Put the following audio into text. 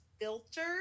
filter